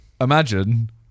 Imagine